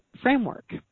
framework